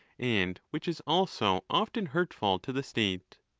and which is also often hurtful to the state.